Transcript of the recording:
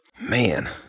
man